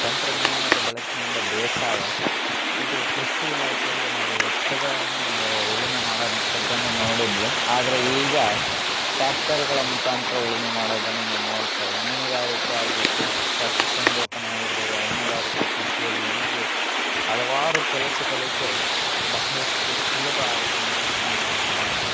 ತಂತ್ರಜ್ಞಾನದ ಬಳಕೆಯಿಂದ ಬೇಸಾಯ ಇದು ಕೃಷಿ ಇಲಾಖೆಯಲ್ಲಿ ನಾವು ಎತ್ತುಗಳನ್ನು ನಾವು ಉಳುಮೆ ಮಾಡೊಂತದ್ದನ್ನ ನೋಡಿದ್ವಿ ಆದರೆ ಈಗ ಟಾಕ್ಟರ್ಗಳ ಮುಖಾಂತರ ಉಳುಮೆ ಮಾಡೋದನ್ನ ನಾವು ನೋಡ್ತೇವೆ ಮೀನುಗಾರಿಕೆ ಆಗಿರ್ಬೈ ಪಶು ಸಂಗೋಪನೆ ಆಗಿರ್ಬೋದು ಹೈನುಗಾರಿಕೆ ಕೃಷಿಯಲ್ಲಿ ಹೀಗೆ ಹಲವಾರು ಕೆಲಸಗಳಿಗೆ ಬಹಳಷ್ಟು ಸುಲಭ ಆಗಿರುವಂತದ್ದನ್ನು ನಾವು ನೋಡ್ತೇವೆ